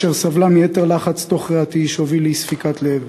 אשר סבלה מיתר לחץ תוך-ריאתי שהוביל לאי-ספיקת לב.